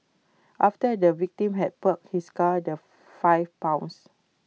after the victim had parked his car the five pounced